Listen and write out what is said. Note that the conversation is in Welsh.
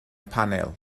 panel